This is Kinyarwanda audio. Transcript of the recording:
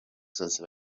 zose